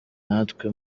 natwe